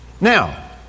Now